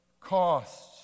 costs